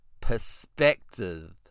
perspective